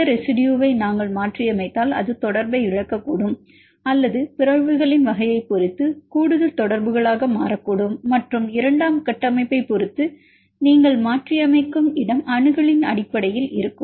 இந்த ரெசிடுயுவை நாங்கள் மாற்றியமைத்தால் அது தொடர்பை இழக்கக்கூடும் அல்லது பிறழ்வுகளின் வகையைப் பொறுத்து கூடுதல் தொடர்புகளாக மாறக் கூடும் மற்றும் இரண்டாம் கட்டமைப்பைப் பொறுத்து நீங்கள் மாற்றியமைக்கும் இடம் அணுகலின் அடிப்படையில் இருக்கும்